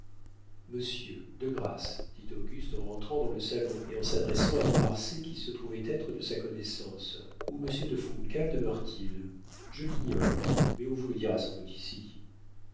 monsieur de grâce dit auguste en rentrant dans le salon et en s'adressant à de marsay qui se trouvait être de sa connaissance où monsieur de funcal demeure-t-il je l'ignore mais on vous le dira sans doute ici